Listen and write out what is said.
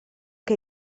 che